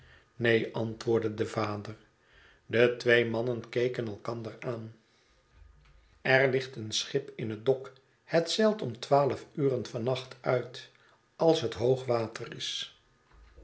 neen antwoordde de vader de twee mannen keken elkander aan er ligt een schip in het dok het zeilt om i twaalf uren van nacht uit als het hoog water is